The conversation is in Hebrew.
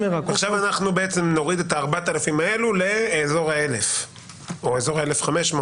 ועכשיו בעצם אנחנו נוריד את ה-4,000 האלו לאזור ה-1,000 או 1,500?